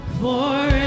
forever